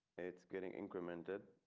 it's getting incremented.